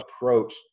approach